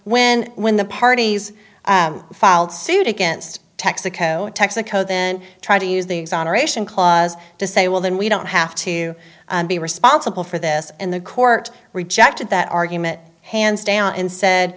when when the parties filed suit against texaco texaco then try to use the exoneration clause to say well then we don't have to be responsible for this and the court rejected that argument hands down and said